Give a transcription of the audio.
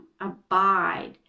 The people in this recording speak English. abide